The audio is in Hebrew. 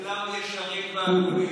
כולם ישרים והגונים.